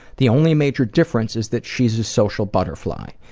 the only major difference is that she's a social butterfly.